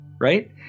right